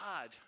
God